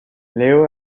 leo